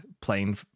playing